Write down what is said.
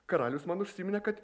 karalius man užsiminė kad